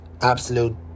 absolute